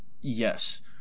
yes